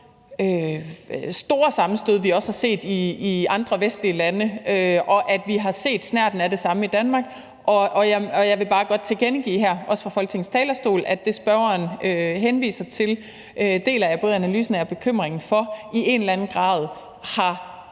store sammenstød, vi også har set i andre vestlige lande, og at vi har set snerten af det samme i Danmark. Og jeg vil bare godt tilkendegive her, også fra Folketingets talerstol, at det, spørgeren henviser til, deler jeg både analysen af og bekymringen for i en eller anden grad er